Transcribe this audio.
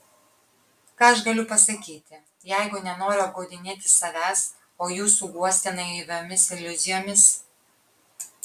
ką aš galiu pasakyti jeigu nenoriu apgaudinėti savęs o jūsų guosti naiviomis iliuzijomis